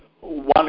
one